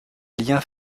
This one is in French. liens